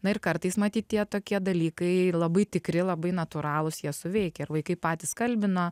na ir kartais matyt tie tokie dalykai labai tikri labai natūralūs jie suveikia ir vaikai patys kalbina